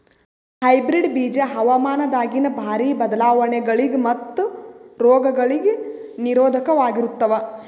hybrid ಬೀಜ ಹವಾಮಾನದಾಗಿನ ಭಾರಿ ಬದಲಾವಣೆಗಳಿಗ ಮತ್ತು ರೋಗಗಳಿಗ ನಿರೋಧಕವಾಗಿರುತ್ತವ